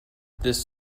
this